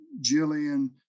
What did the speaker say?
Jillian